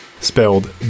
spelled